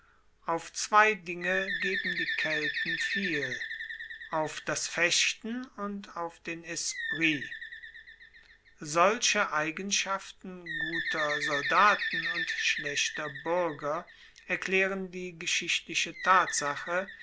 auf zwei dinge geben die kelten viel auf das fechten und auf den esprit solche eigenschaften guter soldaten und schlechter buerger erklaeren die geschichtliche tatsache